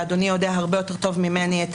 ואדוני יודע הרבה יותר טוב ממני את